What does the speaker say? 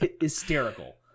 hysterical